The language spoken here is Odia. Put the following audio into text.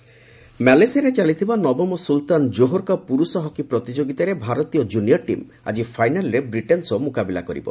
ଜୋହର କପ୍ ମାଲେସିଆରେ ଚାଲିଥିବା ନବମ ସୁଲତାନ ଜୋହରକପ୍ ପୁରୁଷ ହକି ପ୍ରତିଯୋଗୀତାରେ ଭାରତୀୟ କୁନିୟର ଟିମ୍ ଆଜି ଫାଇନାଲ୍ରେ ବ୍ରିଟେନ୍ ସହ ମୁକାବିଲା କରିବ